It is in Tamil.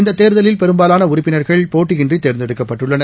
இந்த தேர்தலில் பெரும்பாலான உறுப்பினர்கள் போட்டியின்றி தேர்ந்தெடுக்கப்பட்டுள்ளனர்